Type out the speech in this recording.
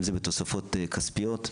אם זה בתוספות כספיות,